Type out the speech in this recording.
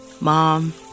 Mom